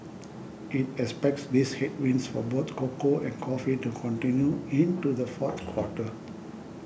it expects these headwinds for both cocoa and coffee to continue into the fourth quarter